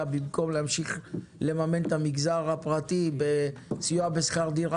במקום להמשיך לממן את המגזר הפרטי בסיוע בשכר דירה,